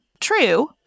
True